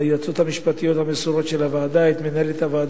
היועצות המשפטיות המסורות של הוועדה,